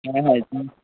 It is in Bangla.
হ্যাঁ হ্যাঁ দিন